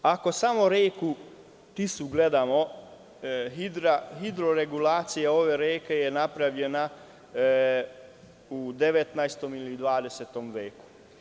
Ako samo reku Tisu gledamo, hidroregulacija ove reke je napravljena u 19 ili 20 veku.